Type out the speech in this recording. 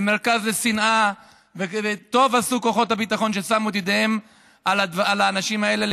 למרכז לשנאה וטוב עשו כוחות הביטחון ששמו את ידיהם על האנשים האלה.